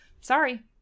sorry